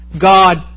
God